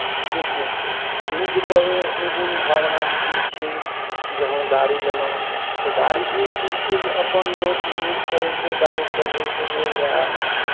से चीज छै तऽ ई जे कहबै एहन भावना की छै जे हम गाड़ी लेलहुँ तऽ गाड़ी ई चीज छै जे अपन लोक यूज करै छै गाड़ी चलबयके लिए या